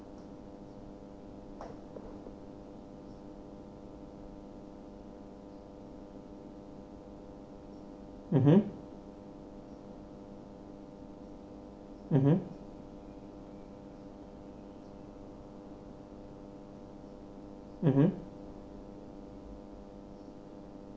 mmhmm